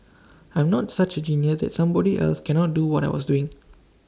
I'm not such A genius that somebody else cannot do what I was doing